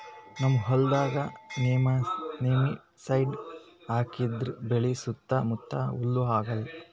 ನಮ್ಮ್ ಹೊಲ್ದಾಗ್ ನೆಮಟಿಸೈಡ್ ಹಾಕದ್ರಿಂದ್ ಬೆಳಿ ಸುತ್ತಾ ಮುತ್ತಾ ಹುಳಾ ಆಗಲ್ಲ